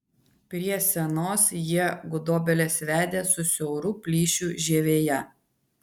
prie senos jie gudobelės vedė su siauru plyšiu žievėje